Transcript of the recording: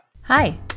hi